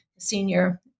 senior